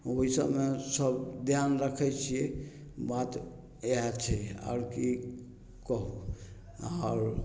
ओइ सबमे सब ध्यान रखय छियै बात इएह छै आओर की कहू आओर